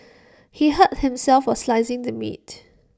he hurt himself while slicing the meat